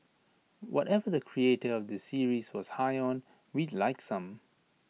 whatever the creator of this series was high on we'd like some